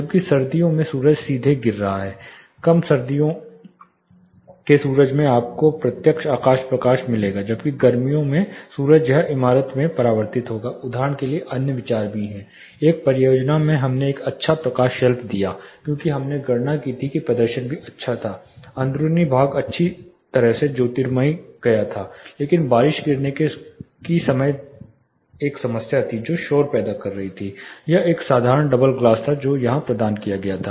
जबकि सर्दियों में सूरज सीधे गिर रहा है कम सर्दियों के सूरज में आपको प्रत्यक्ष आकाश प्रकाश मिलेगा जबकि गर्मियों में सूरज यह इमारत में परावर्तित होगा उदाहरण के लिए अन्य विचार हैं एक परियोजना में हमने एक अच्छा प्रकाश शेल्फ दिया क्योंकि हमने गणना की थी प्रदर्शन भी अच्छा था अंदरूनी भाग अच्छी तरह से ज्योतिर्मयी गया था लेकिन बारिश गिरने की समस्या थी जो शोर पैदा कर रही थी यह एक साधारण डबल ग्लास था जो यहां प्रदान किया गया था